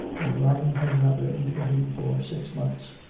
and robin has not written to him for six months.